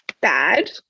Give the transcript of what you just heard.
bad